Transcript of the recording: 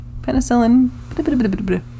penicillin